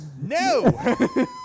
no